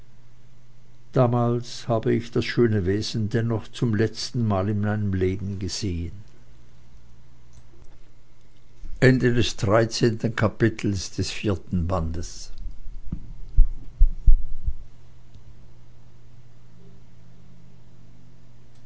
damals habe ich das schöne wesen dennoch zum letzen mal in meinem leben gesehen